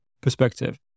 perspective